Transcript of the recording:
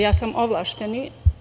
Ja sam ovlašćeni.